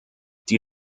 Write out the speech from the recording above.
die